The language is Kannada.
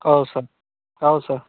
ಹೌದು ಸರ್ ಹೌದು ಸರ್